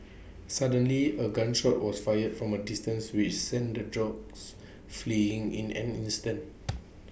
suddenly A gun shot was fired from A distance which sent the dogs fleeing in an instant